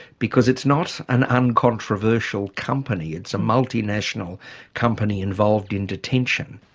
because it's not an uncontroversial company. it's a multinational company involved in detention.